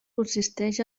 consisteix